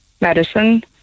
medicine